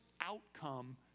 outcome